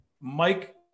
Mike